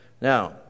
Now